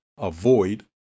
avoid